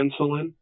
Insulin